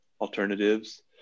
alternatives